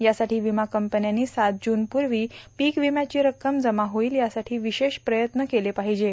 यासाठी विमा कंपन्यांनी सात जून पूर्वी पीक विम्याची रक्कम जमा होईल यासाठी विशेष प्रयत्न केले पाहिजे